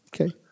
okay